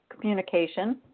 communication